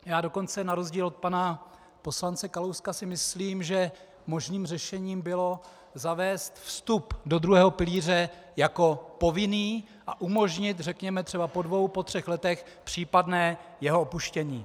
Já dokonce na rozdíl od pana poslance Kalouska si myslím, že možným řešením bylo zavést vstup do druhého pilíře jako povinný a umožnit, řekněme, třeba po dvou po třech letech případné jeho opuštění.